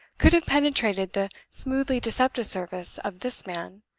could have penetrated the smoothly deceptive surface of this man,